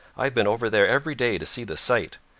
i've been over there every day to see the sight.